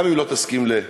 גם אם לא תסכים לרובם.